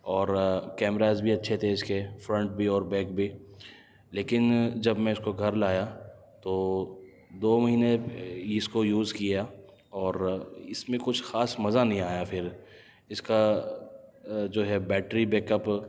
اور کیمراس بھی اچھے تھے اس کے بیک بھی اور فرنٹ بھی لیکن جب میں اس کو گھر لایا تو دو مہینے اس کو یوز کیا اور اس میں کچھ خاص مزہ نہیں آیا پھر اس کا جو ہے بیٹری بیک اپ